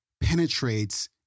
penetrates